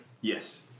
Yes